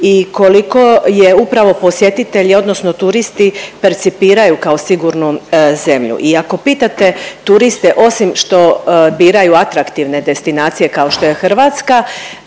i koliko je upravo posjetitelji odnosno turisti percipiraju kao sigurnu zemlju. I ako pitate turiste osim što biraju atraktivne destinacije kao što je Hrvatska